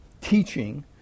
teaching